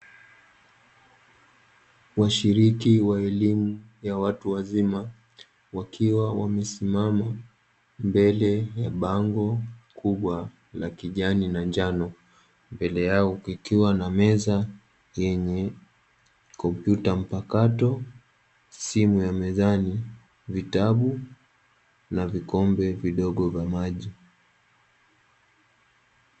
Washiriki wa elimu ya watu wazima, wakiwa wamesimama mbele ya bango kubwa la kijani na njano mbele yao kukiwa na meza yenye kompyuta mpakato, simu ya mezani vitabu na vikombe vidogo vya maji.